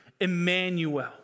Emmanuel